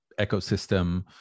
ecosystem